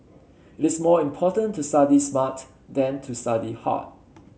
it's more important to study smart than to study hard